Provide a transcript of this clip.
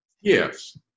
Yes